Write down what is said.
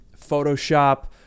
Photoshop